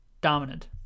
Dominant